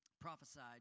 Prophesied